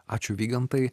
ačiū vygantai